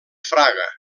fraga